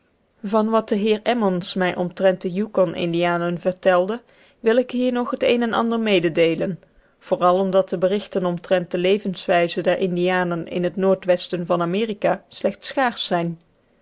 van wat de heer emmons mij omtrent de yukon indianen vertelde wil ik hier nog een en ander meedeelen vooral omdat de berichten omtrent de leefwijze der indianen in het noordwesten van amerika slechts schaarsch zijn